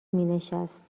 مینشست